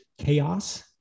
chaos